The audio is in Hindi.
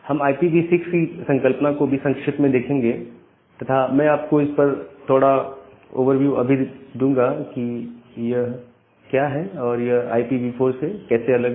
हम IPv6 की संकल्पना को भी संक्षेप में देखेंगे तथा मैं आपको इस पर थोड़ा ओवरव्यू अभी भी दूंगा कि यह क्या है और यह IPv4 से कैसे अलग है